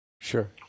Sure